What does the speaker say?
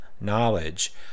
knowledge